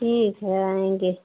ठीक है आएंगे